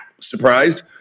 surprised